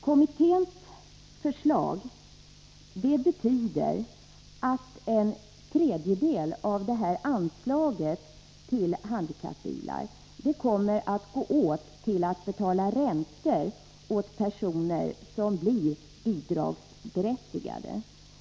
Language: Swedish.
Kommitténs förslag betyder att en tredjedel av anslaget till handikappbilar kommer att gå till betalandet av de bidragsberättigade personernas räntor.